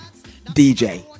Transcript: DJ